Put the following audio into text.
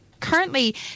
currently